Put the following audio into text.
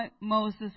Moses